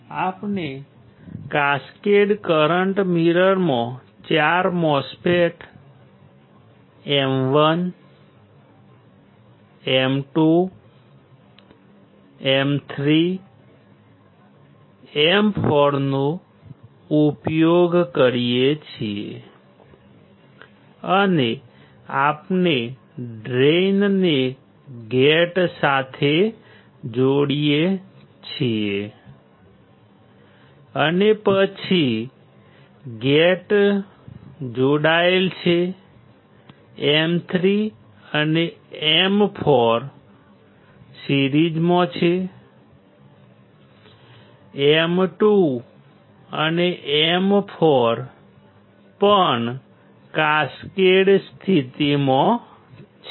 આપણે cascade current મિરરમાં 4 MOSFETs M1 M2 M3 M4 નો ઉપયોગ કરીએ છીએ અને આપણે ડ્રેઇનને ગેટ સાથે જોડીએ છીએ અને પછી ગેટ જોડાયેલા છે M3 અને M4 સિરીઝમાં છે M2 અને M4 પણ કાસ્કેડ સ્થિતિમાં છે